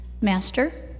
Master